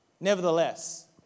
nevertheless